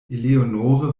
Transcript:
eleonore